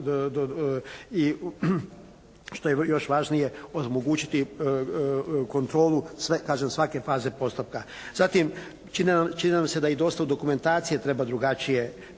i što je još važnije, omogućiti kontrolu kažem svake faze postupka. Zatim čini nam se da dosta i dokumentacije treba drugačije